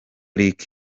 lick